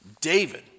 David